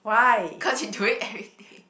cause you do it everyday